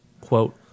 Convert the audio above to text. quote